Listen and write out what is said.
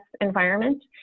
environment